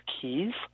Keys